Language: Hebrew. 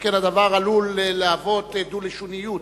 שכן הדבר עלול להוות דו-לשוניות,